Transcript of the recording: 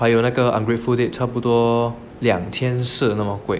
还有那个 ungrateful date 差不多两千四那么贵